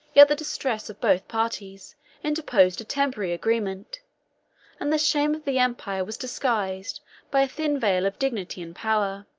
yet the distress of both parties interposed a temporary agreement and the shame of the empire was disguised by a thin veil of dignity and power.